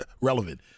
relevant